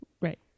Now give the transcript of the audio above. Right